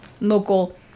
local